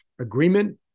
agreement